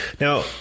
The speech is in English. Now